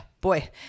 boy